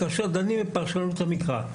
כאשר דנים בפרשנות המקרא.